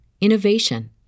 innovation